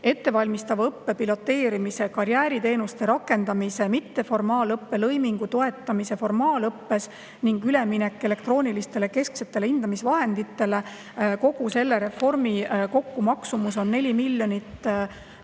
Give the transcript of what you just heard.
ettevalmistava õppe piloteerimine, karjääriteenuste rakendamine, mitteformaalõppe lõimingu toetamine formaalõppes ning üleminek elektroonilistele kesksetele hindamisvahenditele – kogu selle reformi maksumus kokku on 4,1 miljonit